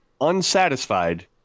unsatisfied